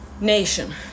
nation